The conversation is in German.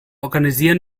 organisieren